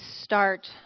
start